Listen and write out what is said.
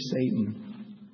Satan